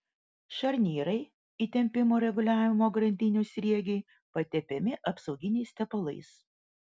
šarnyrai įtempimo reguliavimo grandinių sriegiai patepami apsauginiais tepalais